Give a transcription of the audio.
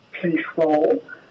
control